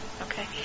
Okay